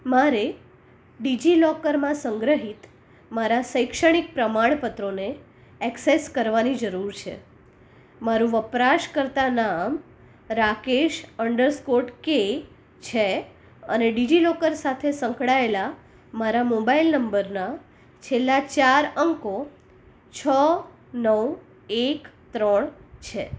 મારે ડીજીલોકરમાં સંગ્રહિત મારા શૈક્ષણિક પ્રમાણપત્રોને એક્સેસ કરવાની જરૂર છે મારુ વપરાશ કરતાં નામ રાકેશ અન્ડર સ્કોર કે છે અને ડીજીલોકર સાથે સંકળાએલા મારા મોબાઈલ નંબરના છેલ્લાં ચાર અંકો છ નવ એક ત્રણ છે